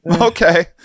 okay